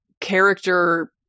character